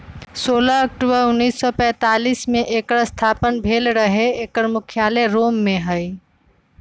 सोलह अक्टूबर उनइस सौ पैतालीस में एकर स्थापना भेल रहै एकर मुख्यालय रोम में हइ